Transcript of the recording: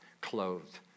clothed